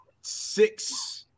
six